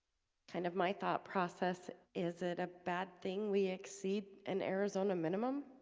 kind of my thought process. is it a bad thing we exceed in arizona minimum.